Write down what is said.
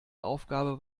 aufgabe